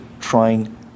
trying